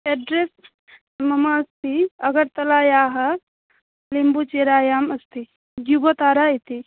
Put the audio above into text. address मम अस्ति अगर्तलायाः लिम्बुचिरायाम् अस्ति जिह्वतारा इति